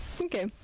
Okay